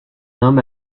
homme